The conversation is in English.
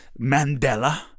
Mandela